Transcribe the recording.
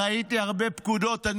ראיתי הרבה פקודות,